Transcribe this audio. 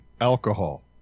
alcohol